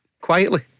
Quietly